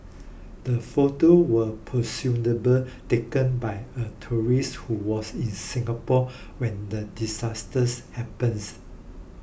the photos were presumably taken by a tourist who was in Singapore when the disasters happens